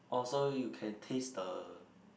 oh so you can taste the